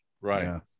right